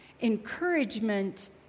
Encouragement